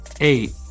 eight